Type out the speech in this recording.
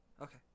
Okay